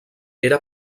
era